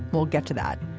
we'll get to that.